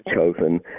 chosen